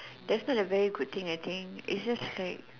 that's not a very good thing I think is just like